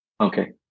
okay